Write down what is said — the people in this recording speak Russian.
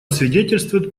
свидетельствует